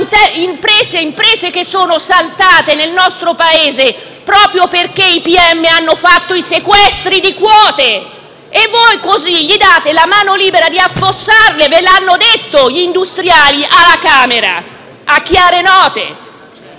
imprese che sono saltate nel nostro Paese proprio perché i pm hanno disposto sequestri di quote e voi così date loro la mano libera di affossarle: ve l'hanno detto gli industriali alla Camera a chiare note.